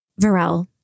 varel